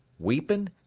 weepen,